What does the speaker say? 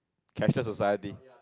cashless society